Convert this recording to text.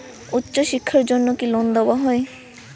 উচ্চশিক্ষার জন্য কি লোন দেওয়া হয়?